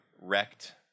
wrecked